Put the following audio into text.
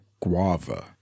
guava